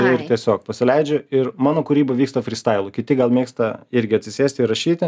ir tiesiog pasileidžiu ir mano kūryba vyksta frystailu kiti gal mėgsta irgi atsisėstiir rašyti